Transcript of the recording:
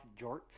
jorts